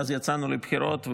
ואז יצאנו לבחירות,